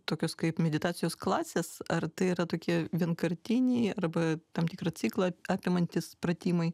tokios kaip meditacijos klasės ar tai yra tokie vienkartiniai arba tam tikrą ciklą apimantys pratimai